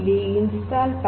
ಇಲ್ಲಿ ಇನ್ಸ್ಟಾಲ್